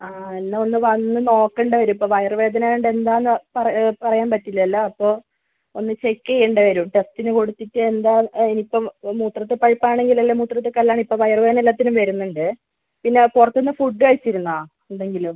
ആ എന്നാൽ ഒന്ന് വന്ന് നോക്കേണ്ടി വരും ഇപ്പോൾ വയർ വേദന ആയതുകൊണ്ട് എന്താണെന്ന് പറ പറയാൻ പറ്റില്ലല്ലോ അപ്പോൾ ഒന്ന് ചെക്ക് ചെയ്യേണ്ടി വരും ടെസ്റ്റിന് കൊടുത്തിട്ട് എന്താണ് അതിനിപ്പം മൂത്രത്തിൽ പഴുപ്പാണെണെങ്കിൽ അല്ലെങ്കിൽ മൂത്രത്തിൽ കല്ലാണെങ്കിൽ ഇപ്പോൾ വയർ വേദന എല്ലാത്തിനും വരുന്നുണ്ട് പിന്നെ പുറത്തുനിന്ന് ഫുഡ്ഡ് കഴിച്ചിരുന്നോ എന്തെങ്കിലും